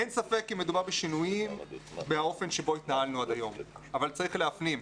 אין ספק כי מדובר בשינויים מהאופן בו התנהלנו עד היום אבל צריך להפנים.